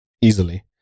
easily